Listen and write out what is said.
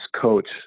coach